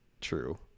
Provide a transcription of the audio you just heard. true